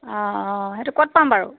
অঁ অঁ সেইটো ক'ত পাম বাৰু